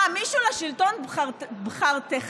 מה, מישהו לשלטון בחרכם?